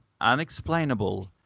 unexplainable